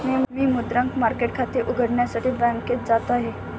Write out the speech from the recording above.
मी मुद्रांक मार्केट खाते उघडण्यासाठी बँकेत जात आहे